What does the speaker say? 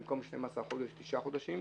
במקום 12 חודש 9 חודשים,